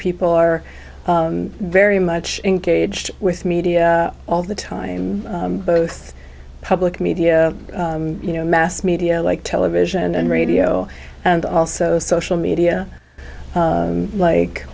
people are very much engaged with media all the time both public media you know mass media like television and radio and also social media like